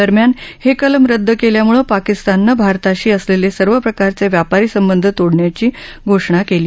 दरम्यान हे कलम रद्द केल्यामुळं पाकिस्ताननं भारताशी असलेले सर्व प्रकारचे व्यापारी संबध तोडण्याची घोषणा केली